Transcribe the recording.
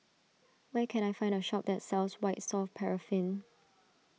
where can I find a shop that sells White Soft Paraffin